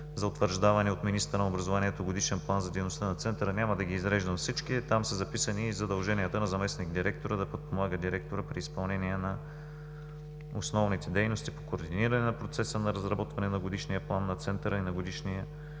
за утвърждаване от министъра на образованието и науката Годишен план за дейността на Центъра. Няма да изреждам всички, там са записани и задълженията на заместник-директора – да подпомага директора при изпълнение на основните дейности по координиране на процеса на разработване на Годишния план на Центъра и на Годишния